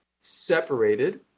separated